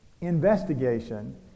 investigation